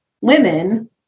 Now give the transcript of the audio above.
women